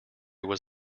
was